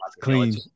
Clean